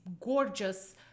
gorgeous